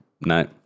no